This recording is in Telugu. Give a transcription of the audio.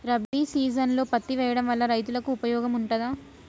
రబీ సీజన్లో పత్తి వేయడం వల్ల రైతులకు ఉపయోగం ఉంటదా?